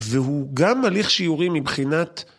‫והוא גם הליך שיורי מבחינת...